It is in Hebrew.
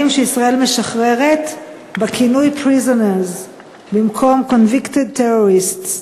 שישראל משחררת בכינוי prisoners במקום convicted terrorists.